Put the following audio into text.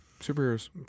Superheroes